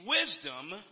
wisdom